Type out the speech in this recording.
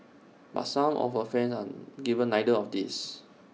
but some of her friends are given neither of these